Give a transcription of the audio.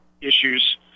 issues